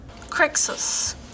Crixus